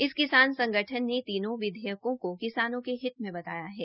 इस किसान संगठन ने तीनों विधेयकों को किसानों के हित में बताया है